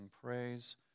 praise